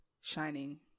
shining